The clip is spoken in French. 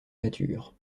mature